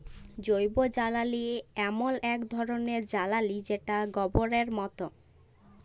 জৈবজ্বালালি এমল এক ধরলের জ্বালালিযেটা গবরের মত